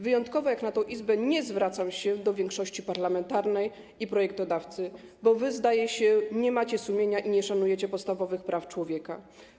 Wyjątkowo jak na tę Izbę nie zwracam się do większości parlamentarnej i projektodawcy, bo wy, zdaje się, nie macie sumienia i nie szanujecie podstawowych praw człowieka.